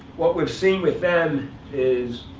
what we've seen with them is